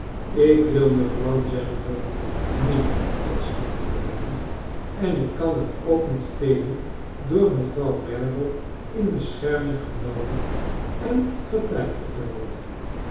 ik wil mevrouw general niet tot stiefmoeder hebben en ik kan het ook niet velen door mevrouw merdle in bescherming genomen en getreiterd te worden